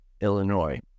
Illinois